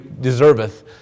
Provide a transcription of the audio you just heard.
deserveth